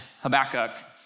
Habakkuk